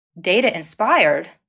data-inspired